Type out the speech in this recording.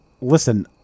Listen